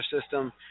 system